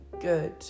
good